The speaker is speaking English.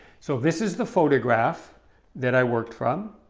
so this is the photograph that i worked from.